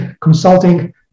consulting